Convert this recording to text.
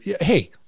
Hey